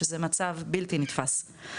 שזה מצב בלתי נתפס.